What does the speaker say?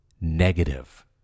negative